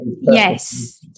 Yes